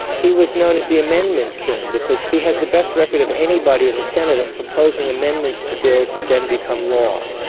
he was known as the amendment king because he has the best record of anybody in the senate of proposing amendments to bills that then become law.